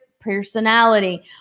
personality